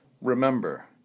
Remember